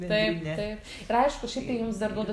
taip taip aišku šiaip tai jums dar duodu